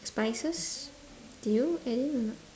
spices do you add in or not